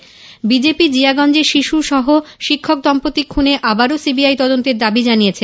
এদিকে বিজেপি জিয়াগঞ্জে শিশু সহ শিক্ষক দম্পতি খুনে আবারও সিবিআই তদন্তের দাবি জানিয়েছে